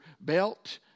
belt